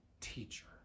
teacher